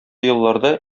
елларда